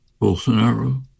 Bolsonaro